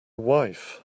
wife